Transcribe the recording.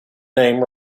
name